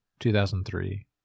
2003